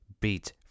beat